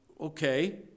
okay